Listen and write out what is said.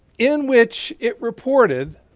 in which it reported,